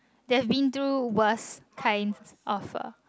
they have been through worse kinds of uh